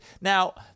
Now